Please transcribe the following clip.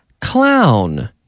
Clown